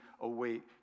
await